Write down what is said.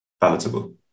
palatable